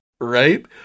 right